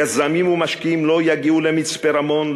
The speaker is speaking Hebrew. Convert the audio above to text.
יזמים ומשקיעים לא יגיעו למצפה-רמון,